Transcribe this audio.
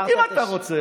אם אתה רוצה,